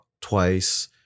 twice